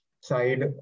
side